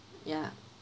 ya